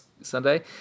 Sunday